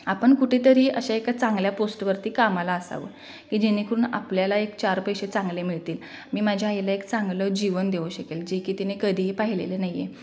आपण कुठेतरी अशा एका चांगल्या पोस्टवरती कामाला असावं की जेणेकरून आपल्याला एक चार पैसे चांगले मिळतील मी माझ्या आईला एक चांगलं जीवन देऊ शकेल जे की तिने कधीही पाहिलेलं नाही आहे